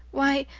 why,